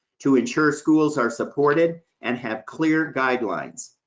to ensure schools are supported and have clear guidelines.